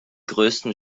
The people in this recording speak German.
größten